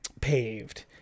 paved